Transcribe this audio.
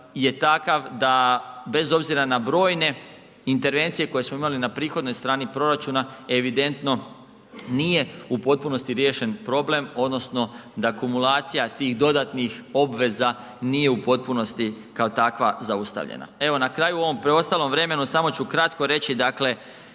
je takav da, bez obzira na brojne intervencije koje smo imali na prihodnoj strani proračuna, evidentno nije u potpunosti riješen problem odnosno da kumulacija tih dodatnih obveza nije u potpunosti kao takva zaustavljena. Evo na kraju u ovom preostalom vremenu samo ću kratko reći dakle,